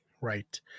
Right